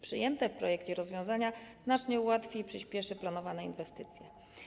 Przyjęte w projekcie rozwiązania znacznie ułatwi i przyspieszy planowane inwestycje.